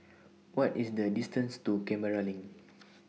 What IS The distance to Canberra LINK